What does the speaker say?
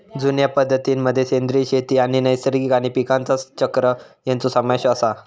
जुन्या पद्धतीं मध्ये सेंद्रिय शेती आणि नैसर्गिक आणि पीकांचा चक्र ह्यांचो समावेश आसा